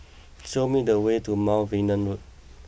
show me the way to Mount Vernon Road